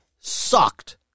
sucked